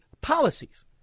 policies